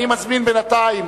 אני מזמין בינתיים